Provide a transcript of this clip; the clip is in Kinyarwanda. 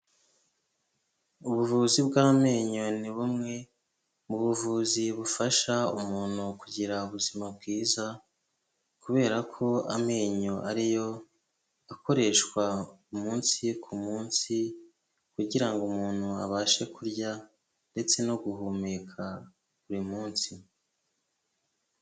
Ubuvuzi bw'amenyo ni bumwe mu buvuzi bufasha umuntu kugira ubuzima bwiza, kubera ko amenyo ariyo akoreshwa umunsi ku munsi, kugirango umuntu abashe kurya ndetse no guhumeka buri munsi.